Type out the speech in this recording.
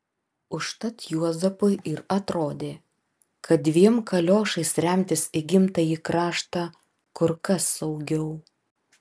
užtat juozapui ir atrodė kad dviem kaliošais remtis į gimtąjį kraštą kur kas saugiau